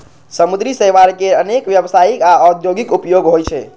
समुद्री शैवाल केर अनेक व्यावसायिक आ औद्योगिक उपयोग होइ छै